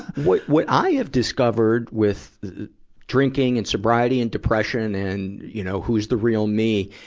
what, what i have discovered with drinking and sobriety and depression and, you know, who's the real me,